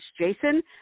Jason